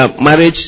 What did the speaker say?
marriage